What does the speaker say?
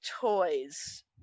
toys